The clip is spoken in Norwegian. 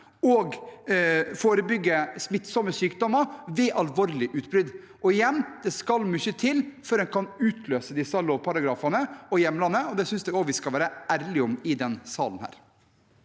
og å forebygge smittsomme sykdommer ved alvorlige utbrudd. Og igjen, det skal mye til før en kan utløse disse lovparagrafene og hjemlene, og det synes jeg også vi skal være ærlige om i denne salen.